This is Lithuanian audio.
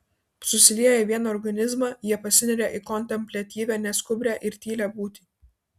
susilieję į vieną organizmą jie pasineria į kontempliatyvią neskubrią ir tylią būtį